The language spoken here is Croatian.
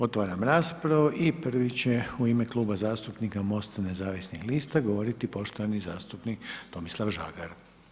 Otvaram raspravu i prvi će u ime Kluba zastupnika MOST-a nezavisnih lista govoriti poštovani zastupnik Tomislav Žagar.